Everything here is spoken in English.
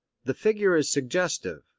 the figure is suggestive,